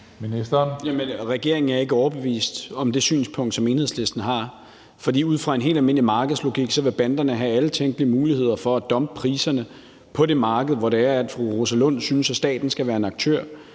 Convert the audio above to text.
Regeringen er ikke overbevist om det synspunkt, som Enhedslisten har. For ud fra en helt almindelig markedslogik vil banderne have alle tænkelige muligheder for at dumpe priserne på det marked, hvor fru Rosa Lund synes at staten skal være en aktør,